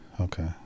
Okay